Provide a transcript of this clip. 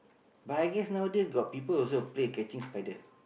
but I guess nowadays got people also play catching spider